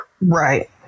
Right